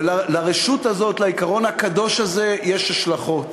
ולרשות הזאת, לעיקרון הקדוש הזה, יש השלכות.